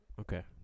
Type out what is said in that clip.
Okay